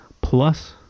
plus